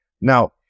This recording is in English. Now